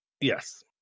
Yes